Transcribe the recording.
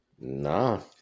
No